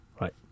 right